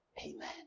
Amen